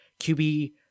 QB